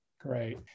Great